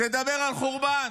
תדבר על חורבן,